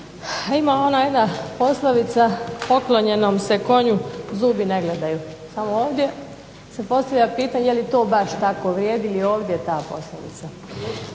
ima ona jedna poslovica – Poklonjenom se konju zubi ne gledaju. Samo ovdje se postavlja pitanje je li to baš tako, vrijedi li ovdje ta poslovica?